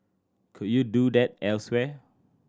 could you do that elsewhere